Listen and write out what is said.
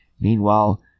Meanwhile